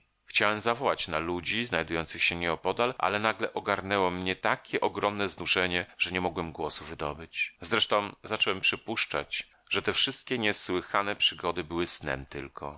chciałem zawołać na ludzi znajdujących się nieopodal ale nagle ogarnęło mnie takie ogromne znużenie że nie mogłem głosu wydobyć zresztą zacząłem przypuszczać że te wszystkie niesłychane przygody były snem tylko